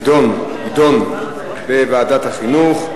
תידון בוועדת החינוך.